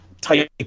type